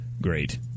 great